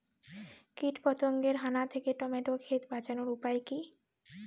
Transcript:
কীটপতঙ্গের হানা থেকে টমেটো ক্ষেত বাঁচানোর উপায় কি?